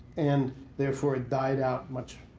and therefore, it died out much,